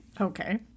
Okay